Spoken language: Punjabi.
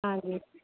ਹਾਂਜੀ